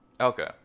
Okay